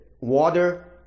water